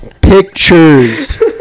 pictures